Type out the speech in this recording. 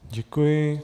Děkuji.